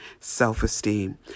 self-esteem